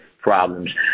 problems